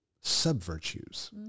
sub-virtues